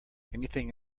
anything